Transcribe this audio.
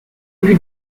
lui